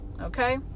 okay